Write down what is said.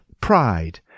Pride